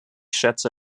schätze